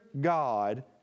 God